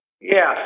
Yes